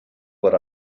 what